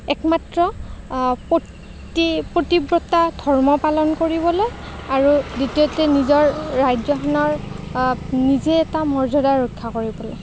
একমাত্ৰ পতি পতিব্ৰতা ধৰ্ম পালন কৰিবলৈ আৰু দ্বিতীয়তে নিজৰ ৰাজ্যখনৰ নিজে এটা মৰ্যদা ৰক্ষা কৰিবলৈ